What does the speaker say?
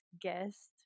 guest